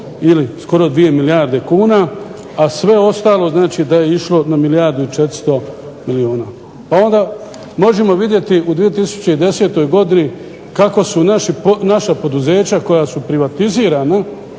ili skoro 2 milijarde kune, a sve ostalo je išlo na milijardu i 400 milijuna. Pa onda možemo vidjeti u 2010. godini kako su naša poduzeća koja su privatizirana